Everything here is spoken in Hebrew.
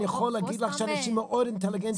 אני יכול להגיד לך שאנשים מאוד אינטליגנטים